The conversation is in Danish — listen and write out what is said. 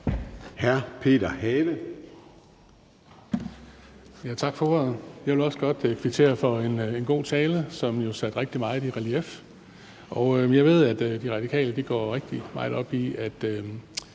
Peter Have (M): Tak for ordet. Jeg vil også godt kvittere for en god tale, som jo satte rigtig meget i relief. Jeg ved, at De Radikale går rigtig meget op i at